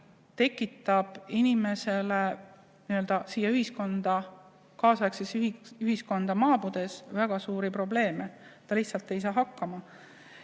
tekitab inimesele kaasaegsesse ühiskonda maabudes väga suuri probleeme –, siis ta lihtsalt ei saa hakkama.